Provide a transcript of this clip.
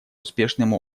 успешным